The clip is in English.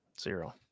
Zero